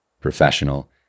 professional